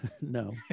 No